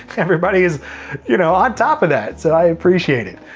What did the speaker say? everybody's you know on top of that, so i appreciate it.